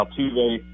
Altuve